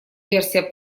версия